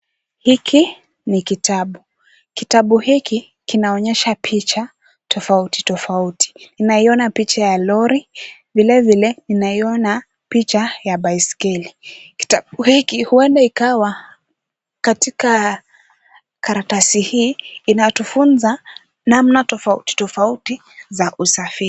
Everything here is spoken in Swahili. Hiki ni kitabu. Kitabu hiki kinaonyesha picha tofauti tofauti. Naiona picha ya lori, vilevile naiona picha ya baiskeli. Kitabu hiki huenda ikawa katika karatasi hii inatufunza namna tofauti tofauti za usafiri.